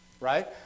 right